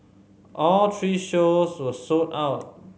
all three shows were sold out